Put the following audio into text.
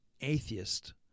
atheist